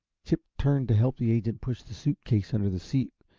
chip turned to help the agent push the suit case under the seat,